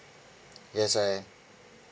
yes I am